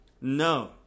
no